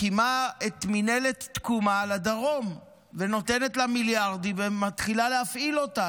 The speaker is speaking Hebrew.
מקימה את מינהלת תקומה לדרום ונותנת לה מיליארדים ומתחילה להפעיל אותה,